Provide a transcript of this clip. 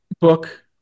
book